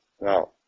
Now